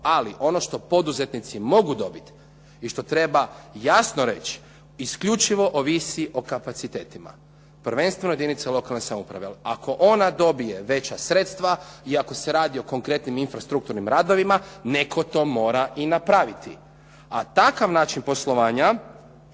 Ali ono što poduzetnici mogu dobiti i što treba jasno reći isključivo ovisi o kapacitetima. Prvenstveno jedinice lokalne samouprave, ali ako ona dobije veća sredstva i ako se radi o konkretnim infrastrukturnim radovima, netko to mora i napraviti, a takav način poslovanja